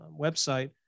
website